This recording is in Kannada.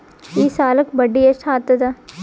ಈ ಸಾಲಕ್ಕ ಬಡ್ಡಿ ಎಷ್ಟ ಹತ್ತದ?